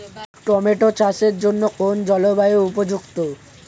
Tomato চাষের জন্য কোন জলবায়ু উপযুক্ত?